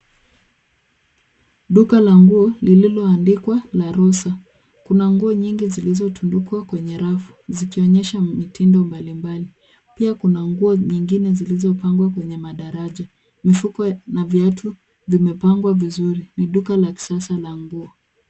Duka la nguo lililoandikwa La Rosa. Kuna nguo nyingi zilizotundikwa kwenye rafu, zikionyesha mitindo mbalimbali. Pia Kuna nguo nyingine zilizopangwa kwenye madaraja. Mifuko na viatu vimepangwa vizuri. Ni duka la kisasa la nguo.